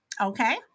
okay